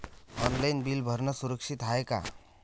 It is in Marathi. ऑनलाईन बिल भरनं सुरक्षित हाय का?